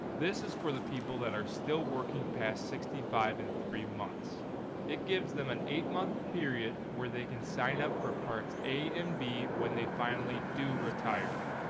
this is for the people that are still working past sixty five and three months and it gives them an eight-month period where they can sign up for parts a and b when they finally do retire.